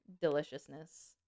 Deliciousness